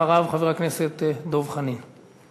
אחריו, חבר הכנסת דב חנין.